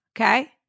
okay